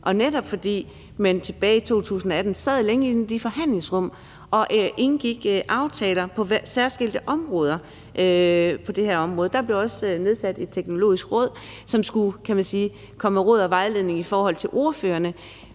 mange spørgsmål. Tilbage i 2018 sad man netop længe inde i det forhandlingsrum og indgik aftaler på særskilte områder inden for det her område. Der blev også nedsat et Teknologiråd, som skulle komme med råd og vejledning til ordførerne.